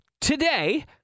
today